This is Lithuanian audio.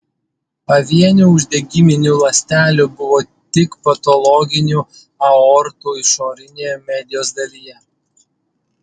pavienių uždegiminių ląstelių buvo tik patologinių aortų išorinėje medijos dalyje